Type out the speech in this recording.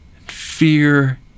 fear